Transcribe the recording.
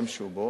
שישתמשו בו.